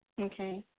Okay